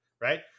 Right